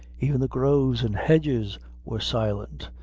even the groves and hedges were silent,